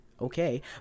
okay